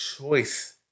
choice